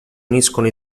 uniscono